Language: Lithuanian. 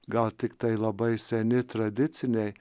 gal tik tai labai seni tradiciniai